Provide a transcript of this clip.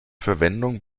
verwendung